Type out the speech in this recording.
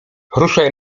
ruszaj